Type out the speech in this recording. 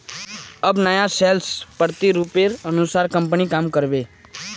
अब नया सेल्स प्रतिरूपेर अनुसार कंपनी काम कर बे